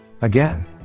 again